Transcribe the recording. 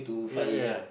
ya ya ya